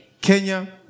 Kenya